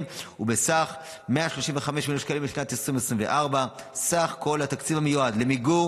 ובסך 135 מיליון לשנת 2024. סך התקציב המיועד למיגור